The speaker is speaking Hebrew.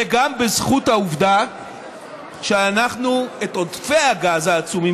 זה גם בזכות העובדה שאת עודפי הגז העצומים